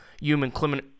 human